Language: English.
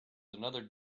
another